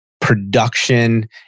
production